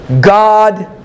God